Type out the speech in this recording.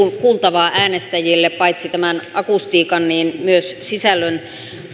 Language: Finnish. kuultavaa äänestäjille paitsi tämän akustiikan myös sisällön